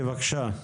בבקשה.